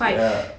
five